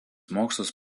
mokslus